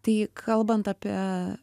tai kalbant apie